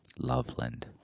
Loveland